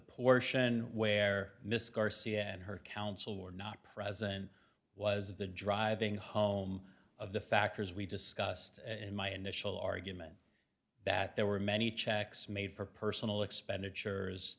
portion where misc r c m her counsel were not present was the driving home of the factors we discussed in my initial argument that there were many checks made for personal expenditures